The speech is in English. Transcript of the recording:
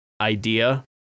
idea